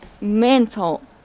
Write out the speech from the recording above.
mental